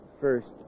First